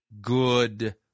good